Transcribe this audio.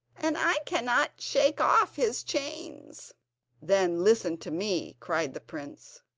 and i cannot shake off his chains then listen to me cried the prince.